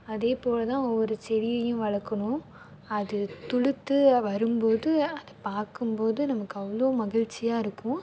அதேபோல்தான் ஒவ்வொரு செடியையும் வளர்க்கணும் அது துளுர்த்து வரும்போது பார்க்கும்போது நமக்கு அவ்வளோ மகிழ்ச்சியாயிருக்கும்